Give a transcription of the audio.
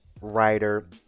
writer